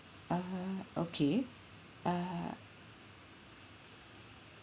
uh okay uh